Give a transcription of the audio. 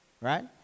right